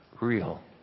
real